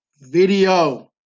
video